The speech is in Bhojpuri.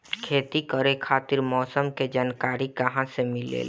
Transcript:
खेती करे खातिर मौसम के जानकारी कहाँसे मिलेला?